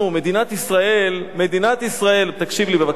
מדינת ישראל, מדינת ישראל, תקשיב לי בבקשה.